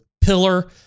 pillar